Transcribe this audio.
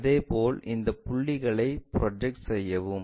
இதேபோல் இந்த புள்ளிகளைத் ப்ரொஜெக்ட் செய்யவும்